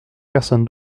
personne